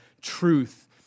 truth